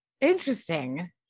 interesting